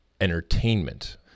entertainment